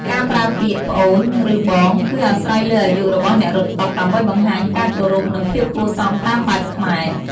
ការប្រើពាក្យ "ប្អូន" ឬ "បង" គឺអាស្រ័យលើអាយុរបស់អ្នករត់តុ ដើម្បីបង្ហាញការគោរព និងភាពគួរសមតាមបែបខ្មែរ។